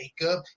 makeup